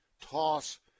toss